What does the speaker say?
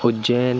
Ujjain